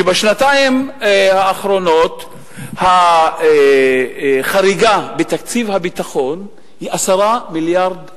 שבשנתיים האחרונות החריגה מתקציב הביטחון היא 10 מיליארד שקל.